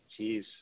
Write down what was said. Jeez